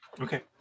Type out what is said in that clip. Okay